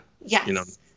Yes